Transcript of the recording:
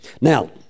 Now